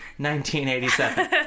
1987